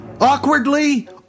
Awkwardly